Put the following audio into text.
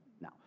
Now